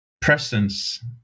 presence